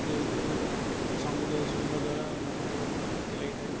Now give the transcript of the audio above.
ଯେହେତୁ ସଙ୍ଗୀତ ଶୁଣିବା ଦ୍ୱାରା ମନକୁ ଶାନ୍ତି ଲାଗିଥାଏ